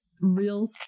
real